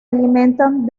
alimentan